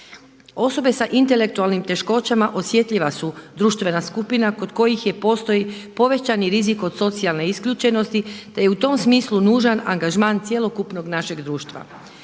Osobe sa intelektualnim teškoćama osjetljiva su društvena skupina kod kojih postoji povećani rizik od socijalne isključenosti, te je u tom smislu nužan angažman cjelokupnog našeg društva.